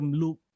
loop